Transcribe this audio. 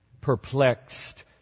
perplexed